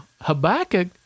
Habakkuk